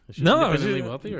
no